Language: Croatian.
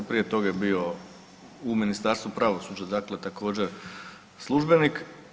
Prije toga je bio u Ministarstvu pravosuđa, dakle također službenik.